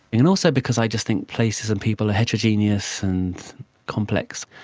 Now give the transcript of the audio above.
and also because i just think places and people are heterogeneous and complex.